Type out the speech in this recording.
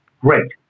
Great